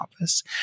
office